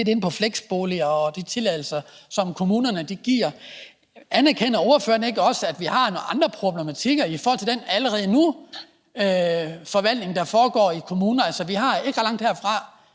er inde på om fleksboliger og de tilladelser, som kommunerne giver. Anerkender ordføreren ikke også, at vi har nogle andre problematikker i forhold til den forvaltning, der allerede nu foregår i kommunerne? Ikke langt herfra